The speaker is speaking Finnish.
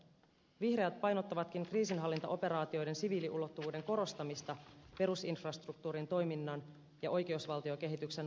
vihreät painottavatkin kriisinhallintaoperaatioiden siviiliulottuvuuden korostamista perusinfrastruktuurin toiminnan ja oikeusvaltiokehityksen varmistamiseksi